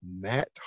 Matt